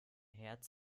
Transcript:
herz